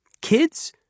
Kids